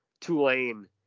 Tulane